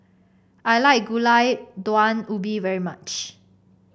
I like Gulai Daun Ubi very much